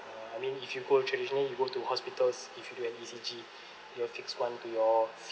uh I mean if you go traditionally you go to hospitals if you do an E_C_G you'll fix one to your